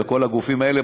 וכל הגופים האלה,